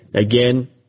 Again